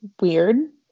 Weird